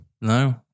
No